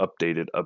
updated